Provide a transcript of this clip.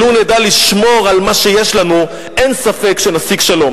ולו נדע לשמור על מה שיש לנו אין ספק שנשיג שלום.